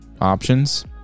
options